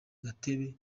gatebe